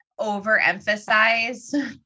overemphasize